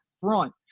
front